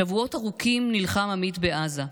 שבועות ארוכים נלחם עמית בעזה,